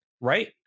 right